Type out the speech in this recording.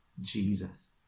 Jesus